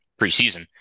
preseason